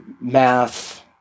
math